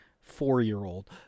four-year-old